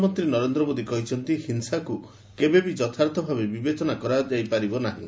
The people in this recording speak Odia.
ପ୍ରଧାନମନ୍ତ୍ରୀ ନରେନ୍ଦ୍ର ମୋଦୀ କହିଛନ୍ତି ହିଂସାକୁ କେବେବି ଯଥାର୍ଥ ଭାବେ ବିବେଚନା କରାଯାଇ ପାରିବ ନାହିଁ